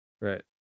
right